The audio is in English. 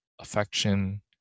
affection